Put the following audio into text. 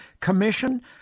Commission